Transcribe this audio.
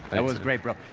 that was great bro.